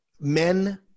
Men